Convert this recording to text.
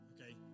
Okay